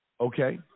okay